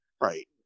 Right